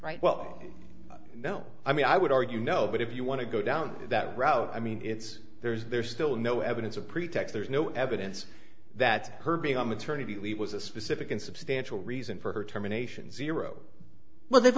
right well no i mean i would argue no but if you want to go down that route i mean it's there's there's still no evidence of pretext there's no evidence that her being on maternity leave was a specific and substantial reason for her terminations zero well they've